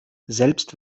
selbst